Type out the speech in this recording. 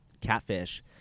catfish